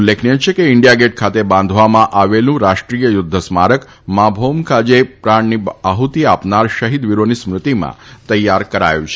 ઉલ્લેખનિય છે કે ઈન્ડિયા ગેટ ખાતે બાંધવામાં આવેલું રાષ્ટ્રીય યુદ્ધ સ્મારક માલીમ કાજે પ્રાણની આફતી આપનાર શહિદ વિરોની સ્મૃતિમાં તૈયાર કરાયું છે